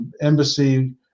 embassy